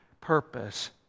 purpose